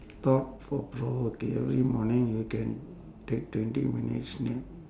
thought po~ provoking every morning you can take twenty minutes n~